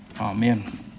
Amen